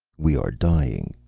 we are dying,